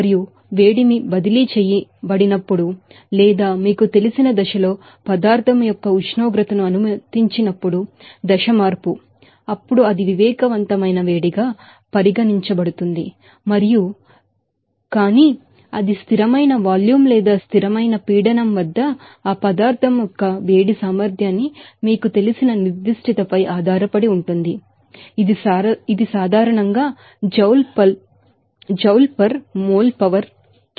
మరియు వేడిమి బదిలీ చేయబడినప్పుడు లేదా మీకు తెలిసిన దశలో స్పెసిఫిక్ హిట్ ను అనుమతించినప్పుడు ఫేస్ చేంజ్ అప్పుడు అది సెన్సిబిల్ హిట్ గా పరిగణించబడుతుంది మరియు కానీ అది స్థిరమైన వాల్యూమ్ లేదా స్థిరమైన పీడనంప్రెషర్ వద్ద ఆ పదార్థం యొక్క వేడి సామర్థ్యాన్నిహీట్ కెపాసిటీ మీకు తెలిసిన నిర్దిష్టతపై ఆధారపడి ఉంటుంది మరియు ఇది సాధారణంగా Joule per mole power k